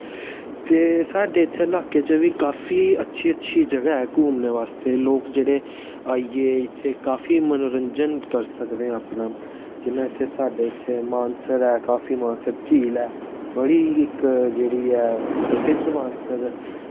ते साढ़े इत्थै लाह्के च बी काफी अच्छी अच्छी जगह ऐ घूमने बास्तै ते लोक जेह्ड़े आइयै इत्थै काफी मनोरंजन करी सकदे ऐ अपना जि'यां इत्थै साढ़े मानसर ऐ काफी मानसर झील ऐ बड़ी इक जेह्ड़ी ऐ प्रसिद्ध मानसर